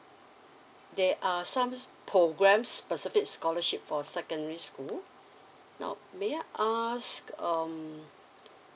there are some program specific scholarship for secondary school now may I ask um